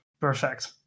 Perfect